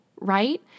right